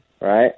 Right